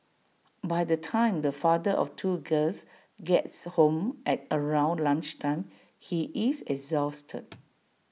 by the time the father of two girls gets home at around lunch time he is exhausted